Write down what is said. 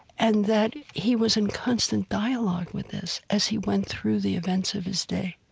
and that he was in constant dialogue with this as he went through the events of his day.